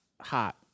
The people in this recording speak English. hot